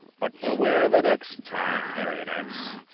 but beware the next time, marionettes.